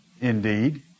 Indeed